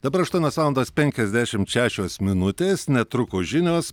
dabar aštuonios valandos penkiasdešimt šešios minutės netrukus žinios